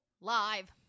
live